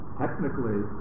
technically